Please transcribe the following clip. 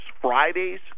Friday's